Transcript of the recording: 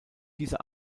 dieser